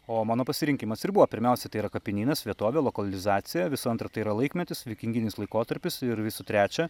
o mano pasirinkimas ir buvo pirmiausia tai yra kapinynas vietovė lokalizacija visų antra tai yra laikmetis vikinginis laikotarpis ir visų trečia